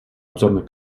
обзорной